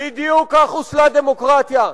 בדיוק כך חוסלה הדמוקרטיה,